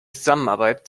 zusammenarbeit